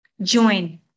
Join